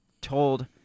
told